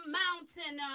mountain